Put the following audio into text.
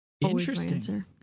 Interesting